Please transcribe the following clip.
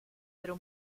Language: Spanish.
pero